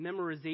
memorization